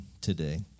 today